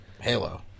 Halo